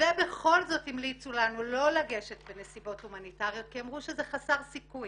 ובכל זאת המליצו לנו לא לגשת בנסיבות הומניטריות כי אמרו שזה חסר סיכוי